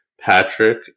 Patrick